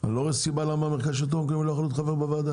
ואני לא רואה סיבה למה המרכז לשלטון המקומי לא יכול להיות חבר בוועדה?